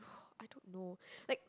oh I don't know like